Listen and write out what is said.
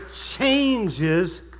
changes